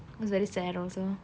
very sad also